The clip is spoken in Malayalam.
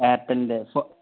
ഏർടെൽന്റെ